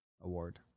Award